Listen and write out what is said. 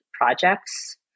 projects